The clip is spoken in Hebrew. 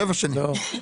שבע שנים.